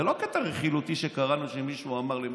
זה לא קטע רכילותי שקראנו שמישהו אמר למישהו.